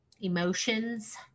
emotions